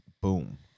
Boom